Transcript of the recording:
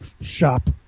shop